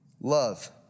Love